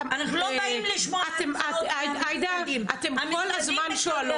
אנחנו לא באים --- עאידה, אתן כל הזמן שואלות.